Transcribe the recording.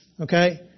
okay